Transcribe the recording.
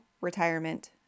Retirement